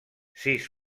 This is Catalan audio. sis